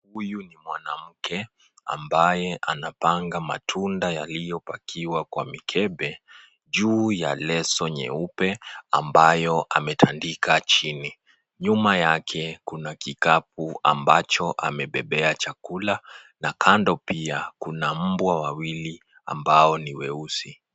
Huyu ni mwanamke, ambaye anapanga matunda yaliyopakiwa kwa mikebe, juu ya leso nyeupe, ambayo ametandika chini. Nyuma yake kuna kikapu ambacho amebebea chakula, na kando pia kuna mbwa wawili ambao ni weusi.